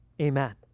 Amen